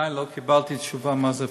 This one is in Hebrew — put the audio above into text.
עדיין לא קיבלתי תשובה מה זה פרארי.